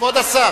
כבוד השר,